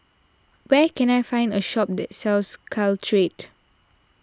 where can I find a shop that sells Caltrate